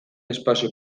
espazio